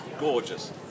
gorgeous